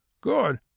good